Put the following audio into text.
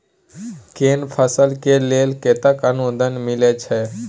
केना फसल के लेल केतेक अनुदान मिलै छै?